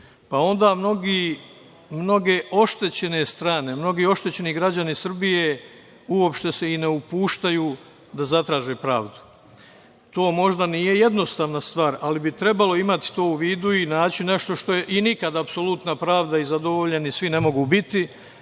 pa onda mnoge oštećene strane, mnogi oštećeni građani Srbije uopšte se i ne upuštaju da zatraže pravdu. To možda nije jednostavna stvar, ali bi trebalo imati to u vidu i naći nešto što je… Nikad apsolutna pravda i zadovoljeni svi ne mogu biti,